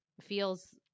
feels